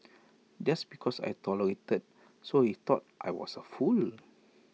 just because I tolerated thought he I was A fool